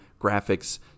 graphics